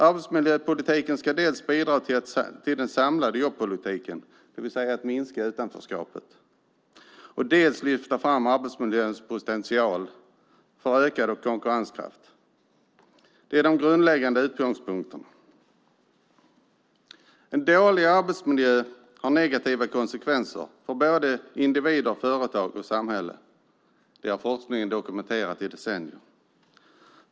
Arbetsmiljöpolitiken ska dels bidra till den samlade jobbpolitiken, det vill säga minska utanförskapet, dels lyfta fram arbetsmiljöns potential för ökad konkurrenskraft. Det är de grundläggande utgångspunkterna. En dålig arbetsmiljö har negativa konsekvenser för både individer, företag och samhälle. Det har forskningen dokumenterat i decennier.